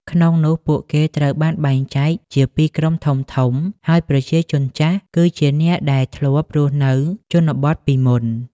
ក្នុងនោះ ពួកគេត្រូវបានបែងចែកជាពីរក្រុមធំៗ ហើយ ប្រជាជនចាស់ គឺជាអ្នកដែលធ្លាប់រស់នៅជនបទពីមុន។